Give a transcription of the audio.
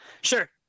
Sure